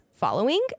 following